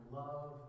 love